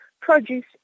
produce